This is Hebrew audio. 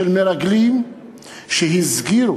של מרגלים שהסגירו